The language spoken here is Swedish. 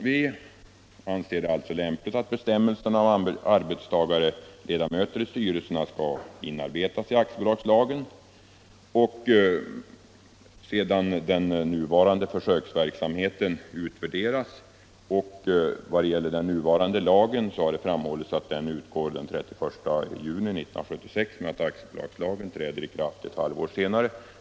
Vi anser det alltså lämpligt att bestämmelserna om arbetstagarledamöter i styrelsen inarbetas i aktiebolagslagen sedan den nuvarande försöksverksamheten utvärderats. Det har framhållits att den nuvarande lagen utgår den 30 juni 1976 men att den nya aktiebolagslagen skulle träda i kraft ett halvår senare.